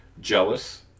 jealous